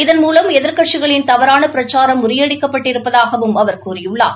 இதன்மூலம் எதிர்க்கட்சிகளின் தவறான பிரக்சாரம் முறியடிக்கப்பட்டிருப்பதாகவும் அவர் கூறியுள்ளார்